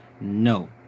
No